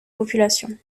populations